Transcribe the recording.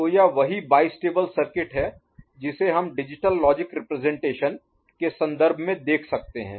तो यह वही बाईस्टेबल सर्किट है जिसे हम डिजिटल लॉजिक रिप्रजेंटेशन के संदर्भ में देख सकते हैं